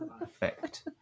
effect